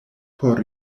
por